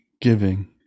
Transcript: giving